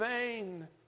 vain